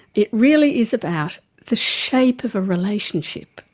it really is about the shape of a relationship.